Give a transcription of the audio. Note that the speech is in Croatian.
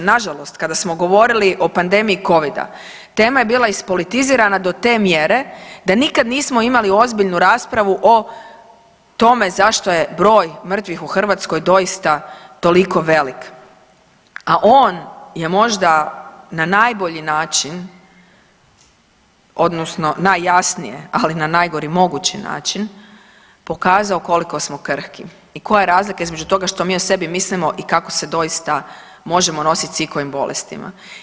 Nažalost, kada smo govorili o pandemiji covida tema je bila ispolitizirana do te mjere da nikad nismo imali ozbiljnu raspravu o tome zašto je broj mrtvih u Hrvatskoj doista toliko velik, a on je možda na najbolji način odnosno najjasnije, ali na najgori mogući način pokazao koliko smo krhki i koja je razlika između toga što mi o sebi mislimo i kako se doista možemo nositi s ikojim bolestima.